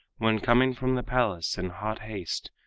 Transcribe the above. when coming from the palace in hot haste,